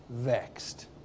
vexed